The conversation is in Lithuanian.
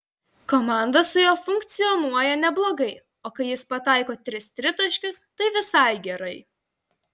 komanda su juo funkcionuoja neblogai o kai jis pataiko tris tritaškius tai visai gerai